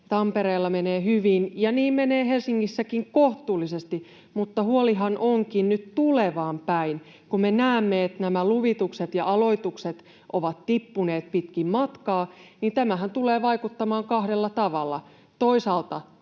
Tampereella menee hyvin, ja niin menee Helsingissäkin kohtuullisesti, mutta huolihan onkin nyt tulevaan päin. Kun me näemme, että luvitukset ja aloitukset ovat tippuneet pitkin matkaa, niin tämähän tulee vaikuttamaan kahdella tavalla: toisaalta